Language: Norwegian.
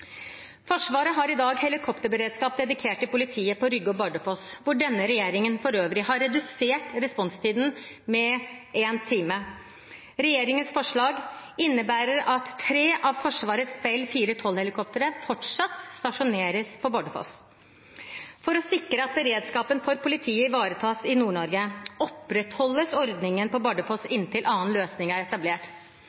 Forsvaret har i dag helikopterberedskap dedikert til politiet, på Rygge og Bardufoss – hvor denne regjeringen for øvrig har redusert responstiden med én time. Regjeringens forslag innebærer at tre av Forsvarets Bell 412-helikoptre fortsatt stasjoneres på Bardufoss. For å sikre at beredskapen for politiet ivaretas i Nord-Norge, opprettholdes ordningen på